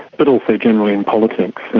but also generally in politics. and